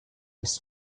ist